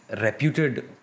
reputed